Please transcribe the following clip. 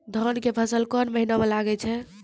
धान के फसल कोन महिना म लागे छै?